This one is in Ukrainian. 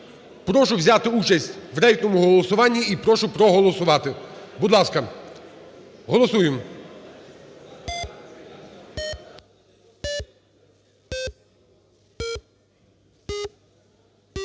Прошу взяти участь в рейтинговому голосуванні і прошу проголосувати. Будь ласка, голосуємо.